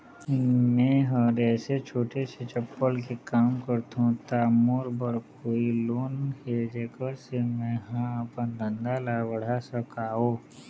मैं हर ऐसे छोटे से चप्पल के काम करथों ता मोर बर कोई लोन हे जेकर से मैं हा अपन धंधा ला बढ़ा सकाओ?